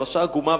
הפרשה עגומה,